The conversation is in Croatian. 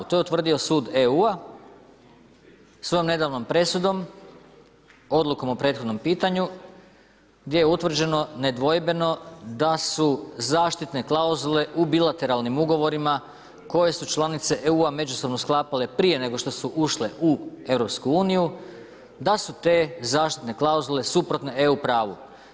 To je utvrdio sud EU-a svojom nedavnom presudom, odlukom o prethodnom pitanju gdje je utvrđeno nedvojbeno da su zaštitne klauzule u bilateralnim ugovorima koje su članice EU-a međusobno sklapale prije nego što su ušle u EU, da su te zaštitne klauzule suprotne EU pravu.